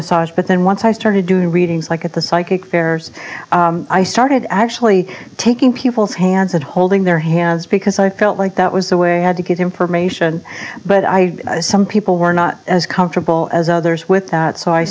massage but then once i started doing readings like at the psychic fairs i started actually taking people's hands and holding their hands because i felt like that was aware had to get information but i some people were not as comfortable as others with that so i